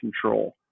control